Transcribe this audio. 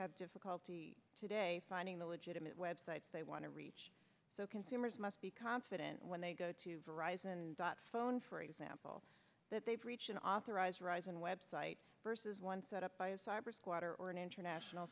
have difficulty today finding the legitimate web sites they want to reach so consumers must be confident when they go to verizon and dot phone for example that they've reached an authorized horizon web site versus one set up by a cybersquatter or an international